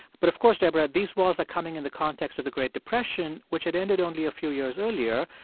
but, of course, deborah, these walls are coming in the context of the great depression which had ended only a few years earlier.